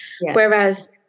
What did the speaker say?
Whereas